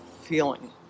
feeling